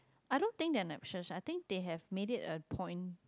I don't think they're Naches I think they have make it a point